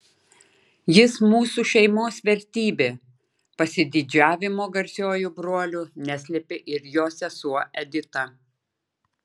jis mūsų šeimos vertybė pasididžiavimo garsiuoju broliu neslėpė ir jo sesuo edita